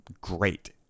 great